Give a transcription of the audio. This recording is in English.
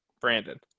Brandon